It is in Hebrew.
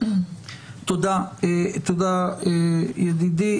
היא --- תודה, ידידי.